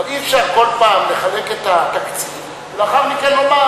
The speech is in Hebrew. אבל אי-אפשר כל פעם לחלק את התקציב ולאחר מכן לומר